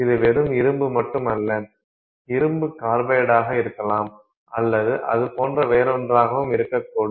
இது வெறும் இரும்பு மட்டுமல்ல இரும்பு கார்பைடாக இருக்கலாம் அல்லது அது போன்ற வேறொன்றாகவும் இருக்கக்கூடும்